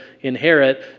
inherit